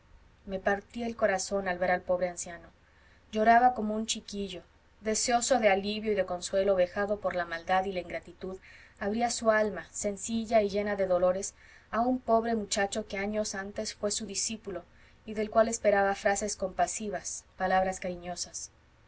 me partía el corazón al ver al pobre anciano lloraba como un chiquillo deseoso de alivio y de consuelo vejado por la maldad y la ingratitud abría su alma sencilla y llena de dolores a un pobre muchacho que años antes fué su discípulo y del cual esperaba frases compasivas palabras cariñosas